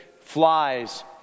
Flies